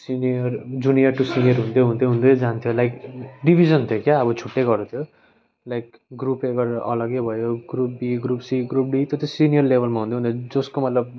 senior junior to senior हुँदै हुँदै हुँदै जान्थ्यो लाइक डिभिजन थियो क्या अब छुट्टै गरेको थियो लाइक ग्रुप एबाट अलगै भयो group B group C group D त्यो चाहिँ सिनियर लेवलमा हुन्थ्यो अनि जसको मतलब